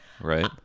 Right